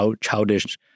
childish